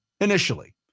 initially